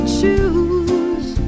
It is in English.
choose